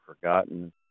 forgotten